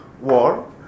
war